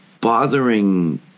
bothering